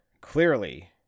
clearly